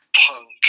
punk